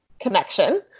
connection